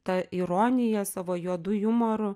ta ironija savo juodu jumoru